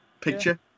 picture